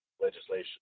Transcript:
legislation